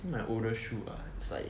my older shoe lah it's like